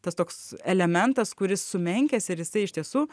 tas toks elementas kuris sumenkęs ir jisai iš tiesų